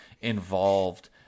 involved